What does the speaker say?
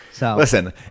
Listen